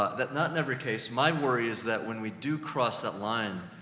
that not in every case my worry is that, when we do cross that line,